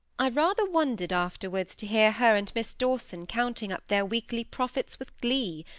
i rather wondered afterwards to hear her and miss dawson counting up their weekly profits with glee,